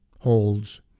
holds